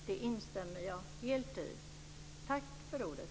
Det instämmer jag helt i. Tack för ordet.